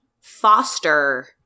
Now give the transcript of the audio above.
Foster